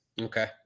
Okay